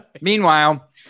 Meanwhile